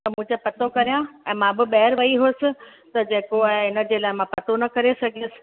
त मूं चयो पतो करियां ऐं मां बि ॿाहिरि वेई हुअसि त जेको आहे हिनजे लाइ मां पतो न करे सघियसि